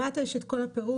למטה יש את כל הפירוט,